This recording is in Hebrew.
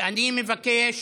אני מבקש